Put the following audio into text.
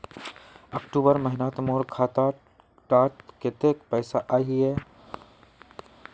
अक्टूबर महीनात मोर खाता डात कत्ते पैसा अहिये?